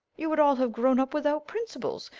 you would all have grown up without principles,